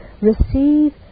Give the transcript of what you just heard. receive